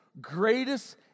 greatest